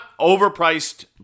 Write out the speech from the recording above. overpriced